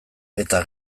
eta